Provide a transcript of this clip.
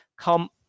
come